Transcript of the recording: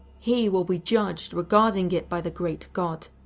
he will be judged regarding it by the great god.